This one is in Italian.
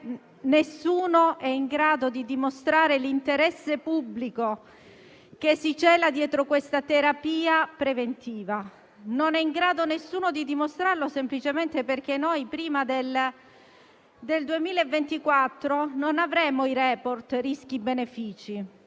nessuno è in grado di dimostrare l'interesse pubblico che si cela dietro questa terapia preventiva; non è in grado di dimostrarlo nessuno, semplicemente perché noi prima del 2024 non avremo i *report* rischi-benefici.